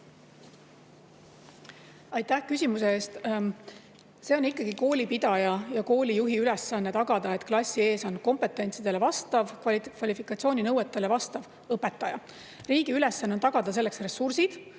Aitäh küsimuse eest! Koolipidaja ja koolijuhi ülesanne on ikkagi tagada, et klassi ees on kompetentsidele vastav, kvalifikatsiooninõuetele vastav õpetaja. Riigi ülesanne on tagada selleks ressursid,